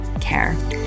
care